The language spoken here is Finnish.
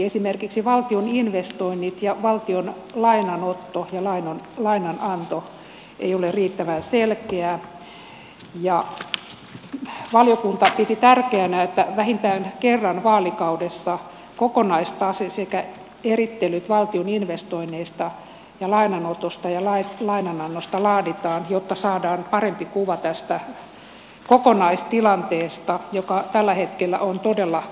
esimerkiksi valtion investoinnit ja valtion lainanotto ja lainananto ei ole riittävän selkeää ja valiokunta piti tärkeänä että vähintään kerran vaalikaudessa kokonaistase sekä erittelyt valtion investoinneista ja lainanotosta ja lainanannosta laaditaan jotta saadaan parempi kuva tästä kokonaistilanteesta joka tällä hetkellä on todella vakava